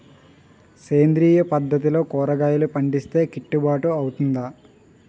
సేంద్రీయ పద్దతిలో కూరగాయలు పండిస్తే కిట్టుబాటు అవుతుందా?